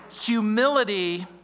humility